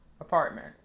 apartment